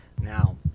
Now